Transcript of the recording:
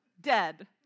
dead